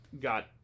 got